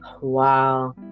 Wow